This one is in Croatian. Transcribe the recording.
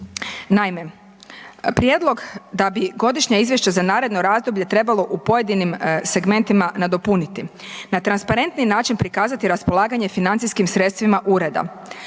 Naime, prijedlog da bi Godišnja izvješća za naredno razdoblje trebalo u pojedinim segmentima nadopuniti, na transparentniji način prikazati raspolaganje financijskim sredstvima Ureda,